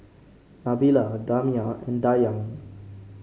Nabila Damia and Dayang